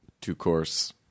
two-course